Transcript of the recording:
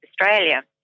Australia